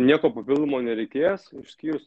nieko papildomo nereikės išskyrus